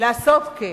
לעשות כן.